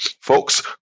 folks